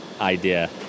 idea